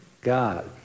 God